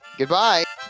Goodbye